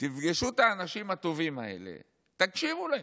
תפגשו את האנשים הטובים האלה, תקשיבו להם.